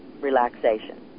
relaxation